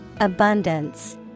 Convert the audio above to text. Abundance